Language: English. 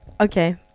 Okay